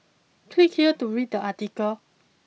click here to read the article